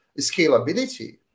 scalability